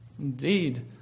Indeed